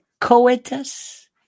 coitus